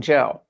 Joe